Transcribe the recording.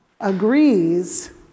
agrees